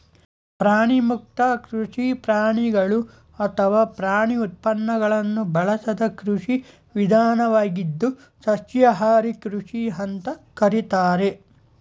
ಪ್ರಾಣಿಮುಕ್ತ ಕೃಷಿ ಪ್ರಾಣಿಗಳು ಅಥವಾ ಪ್ರಾಣಿ ಉತ್ಪನ್ನಗಳನ್ನು ಬಳಸದ ಕೃಷಿ ವಿಧಾನವಾಗಿದ್ದು ಸಸ್ಯಾಹಾರಿ ಕೃಷಿ ಅಂತ ಕರೀತಾರೆ